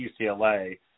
UCLA